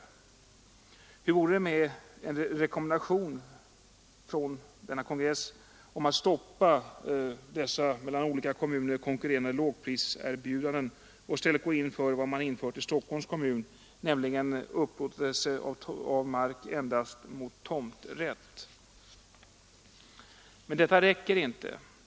Hur vore det med en rekommendation från kongressen att stoppa dessa mellan olika kommuner konkurrerande lågpriserbjudanden och i stället gå in för vad man infört i Stockholms kommun, nämligen upplåtelse av mark endast med tomträtt? Men detta räcker inte.